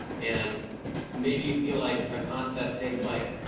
and maybe you feel like a concept takes like,